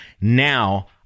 Now